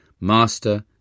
Master